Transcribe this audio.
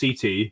CT